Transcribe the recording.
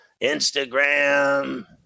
Instagram